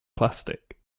plastic